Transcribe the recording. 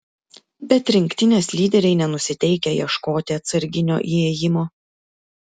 bet rinktinės lyderiai nenusiteikę ieškoti atsarginio įėjimo